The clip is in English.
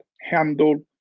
handle